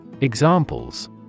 Examples